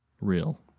real